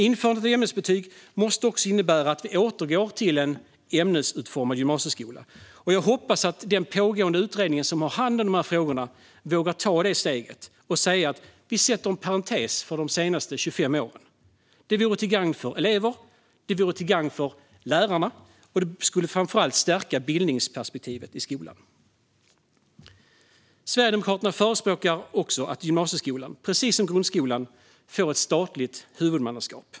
Införandet av ämnesbetyg måste också innebära att vi återgår till en ämnesutformad gymnasieskola. Jag hoppas att den pågående utredning som har hand om dessa frågor vågar ta detta steg och säga att vi sätter en parentes om de senaste 25 åren. Det vore till gagn för elever och lärare, och det skulle framför allt stärka bildningsperspektivet i skolan. Sverigedemokraterna förespråkar också att gymnasieskolan, precis som grundskolan, får ett statligt huvudmannaskap.